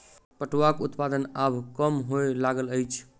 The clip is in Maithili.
पटुआक उत्पादन आब कम होमय लागल अछि